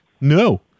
No